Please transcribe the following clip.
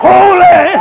Holy